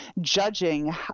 judging